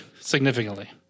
significantly